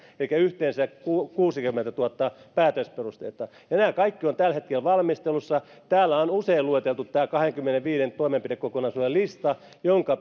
elikkä yhteensä kuusikymmentätuhatta päätösperusteista nämä kaikki ovat tällä hetkellä valmistelussa täällä on usein lueteltu tämä kahdenkymmenenviiden toimenpidekokonaisuuden lista jonka